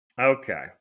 Okay